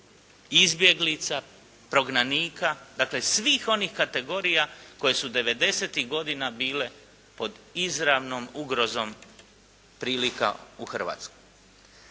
izbjeglica, prognanika. Dakle, svih onih kategorija koje su devedesetih godina bile pod izravnom ugrozom prilika u Hrvatskoj.